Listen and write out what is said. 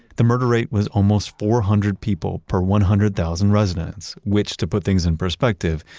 the murder rate was almost four hundred people per one hundred thousand residents, which to put things in perspective,